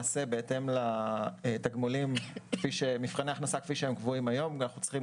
בהתאם למבחני ההכנסה כפי שהם קבועים היום אנחנו צריכים